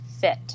fit